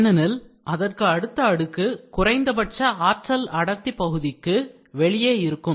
ஏனெனில் அடுத்த அடுக்கு குறைந்தபட்ச ஆற்றல் அடர்த்தி பகுதிக்கு critical energy density region வெளியே இருக்கும்